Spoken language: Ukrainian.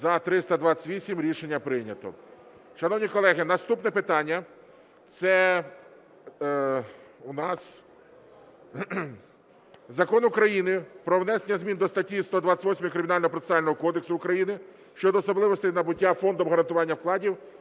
За-328 Рішення прийнято. Шановні колеги, наступне питання. Це у нас Закон України "Про внесення зміни до статті 128 Кримінального процесуального кодексу України щодо особливостей набуття Фондом гарантування вкладів